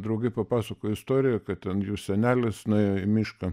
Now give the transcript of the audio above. draugai papasakojo istoriją kad ten jų senelis nuėjo į mišką